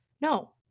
No